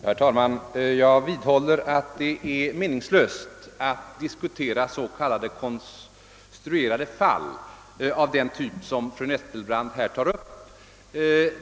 Herr talman! Jag vidhåller att det är meningslöst att diskutera s.k. konstruerade fall av den typ som fru Nettelbrandt här tar upp.